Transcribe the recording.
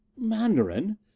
Mandarin